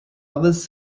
others